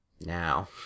Now